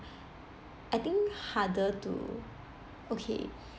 I think harder to okay